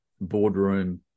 boardroom